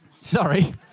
Sorry